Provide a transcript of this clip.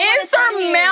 insurmountable